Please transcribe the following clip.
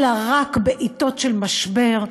אלא רק בעתות של משבר,